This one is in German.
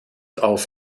auf